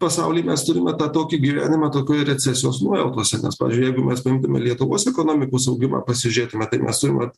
pasauly mes turime tą tokį gyvenimą tokioje recesijos nuojautose nes pavyzdžiui jeigu mes priimtume lietuvos ekonomikos augimą pasižiūrėtume tai mes turim vat